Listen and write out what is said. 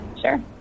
Sure